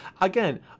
again